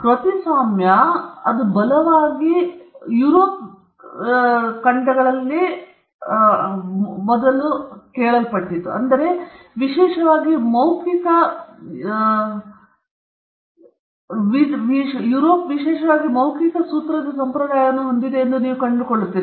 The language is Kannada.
ಕೃತಿಸ್ವಾಮ್ಯ ಅದು ಬಲವಾಗಿ ವಿಕಾಸಗೊಂಡಾಗ ನೀವು ಅದರ ಹಿಂದೆ ನೋಡಿದರೆ ಯುರೋಪ್ ವಿಶೇಷವಾಗಿ ಮೌಖಿಕ ಸೂತ್ರದ ಸಂಪ್ರದಾಯವನ್ನು ಹೊಂದಿದೆ ಎಂದು ನೀವು ಕಂಡುಕೊಳ್ಳುತ್ತೀರಿ